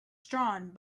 strong